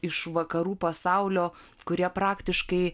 iš vakarų pasaulio kurie praktiškai